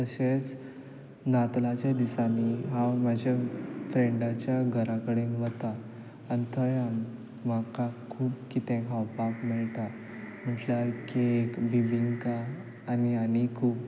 तशेंच नातलाचे दिसांनी हांव म्हाज्या फ्रेंडाच्या घरा कडेन वता आनी थंय म्हाका खूब किदें खावपाक मेळटा म्हटल्यार केक बिंबिंका आनी आनी खूब